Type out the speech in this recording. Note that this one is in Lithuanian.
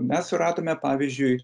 mes suradome pavyzdžiui